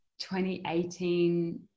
2018